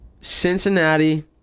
Cincinnati